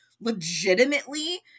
legitimately